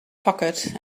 pocket